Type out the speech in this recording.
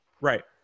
Right